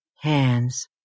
hands